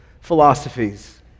philosophies